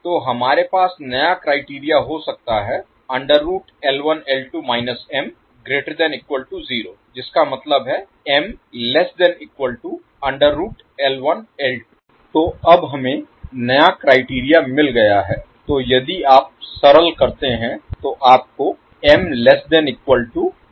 तो हमारे पास नया क्राइटेरिया हो सकता है तो अब हमें नया क्राइटेरिया मिल गया है तो यदि आप सरल करते हैं तो आपको मिलता है